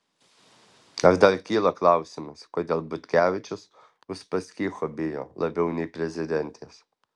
ar dar kyla klausimas kodėl butkevičius uspaskicho bijo labiau nei prezidentės